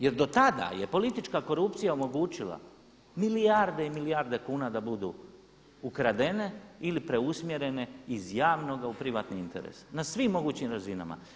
Jer do tada je politička korupcija omogućila milijarde i milijarde kuna da budu ukradene ili preusmjerene iz javnoga u privatni interes na svim mogućim razinama.